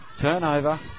Turnover